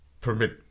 permit